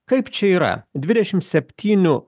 kaip čia yra dvidešim septynių